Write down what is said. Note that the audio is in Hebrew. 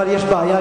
אבל יש בעיה,